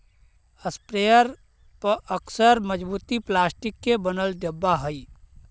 sprayer पअक्सर मजबूत plastic के बनल डब्बा हई